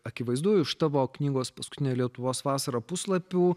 akivaizdu iš tavo knygos paskutinė lietuvos vasara puslapių